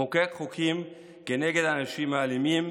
לחוקק חוקים כנגד האנשים האלימים,